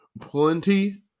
plenty